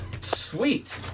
Sweet